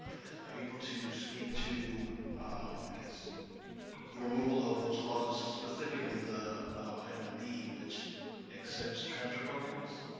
its able to speak to i guess the removal of those clauses specifically the um item b which exempts transfer programs